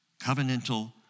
Covenantal